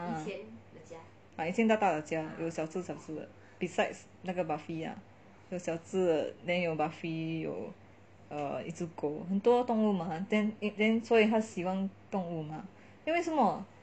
以前大大的家有小只的 besides 那个 buffy lah 有小只的 then 有 buffy 有一只狗很多动物 mah then 所以他喜欢动物 mah eh 为什么